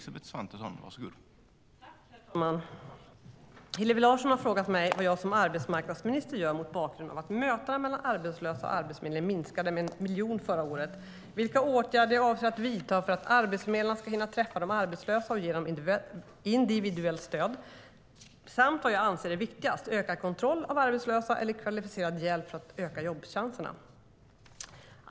Herr talman! Hillevi Larsson har frågat mig vad jag som arbetsmarknadsminister gör mot bakgrund av att mötena mellan arbetslösa och Arbetsförmedlingen minskade med en miljon förra året, vilka åtgärder jag avser att vidta för att arbetsförmedlarna ska hinna träffa de arbetslösa och ge dem individuellt stöd samt vad jag anser är viktigast: ökad kontroll av arbetslösa eller kvalificerad hjälp för att öka jobbchanserna?